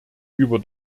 über